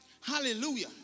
Hallelujah